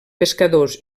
pescadors